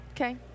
Okay